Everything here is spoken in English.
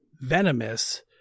Venomous